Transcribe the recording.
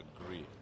agree